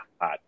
hot